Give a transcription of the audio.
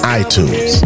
iTunes